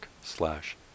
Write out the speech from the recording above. slash